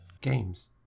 games